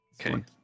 Okay